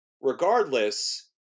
Regardless